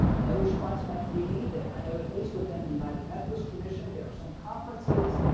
another response might be that i know at least within the united methodist tradition. there are some conferences.